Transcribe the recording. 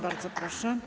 Bardzo proszę.